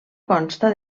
consta